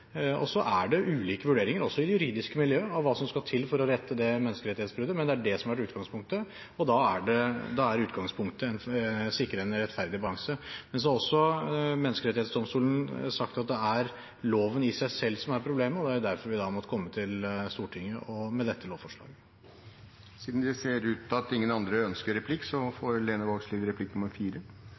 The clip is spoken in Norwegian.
er også ulike vurderinger, også i juridiske miljøer, av hva som skal til for å rette opp det menneskerettighetsbruddet. Men det er det som har vært utgangspunktet, og da er utgangspunktet å sikre en rettferdig balanse. Men så har også Menneskerettsdomstolen sagt at det er loven i seg selv som er problemet, og det er derfor vi da har måttet komme til Stortinget med dette lovforslaget. Siden det ser ut til at ingen andre ønsker replikk, får Lene Vågslid replikk